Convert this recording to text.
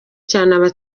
cyane